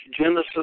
Genesis